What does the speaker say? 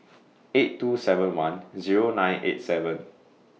eight two seven one Zero nine eight seven